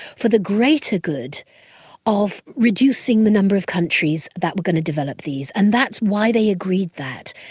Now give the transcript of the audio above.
for the greater good of reducing the number of countries that were going to develop these, and that's why they agreed that,